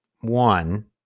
One